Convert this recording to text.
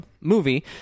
movie